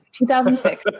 2006